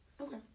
Okay